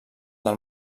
del